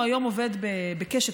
הוא היום עובד בקשת,